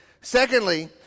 Secondly